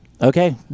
Okay